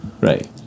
right